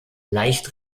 leicht